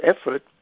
effort